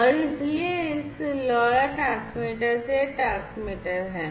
और इसलिए इस LoRa ट्रांसमीटर से यह ट्रांसमीटर है